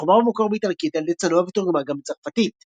שחוברה במקור באיטלקית על ידי צנוע ותורגמה גם לצרפתית